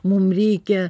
mum reikia